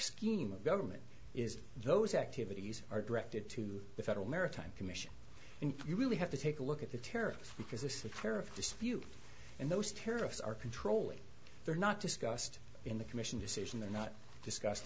scheme of government is those activities are directed to the federal maritime commission and you really have to take a look at the tariffs because this is the tariff dispute and those tariffs are controlling they're not discussed in the commission decision they're not discuss